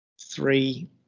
three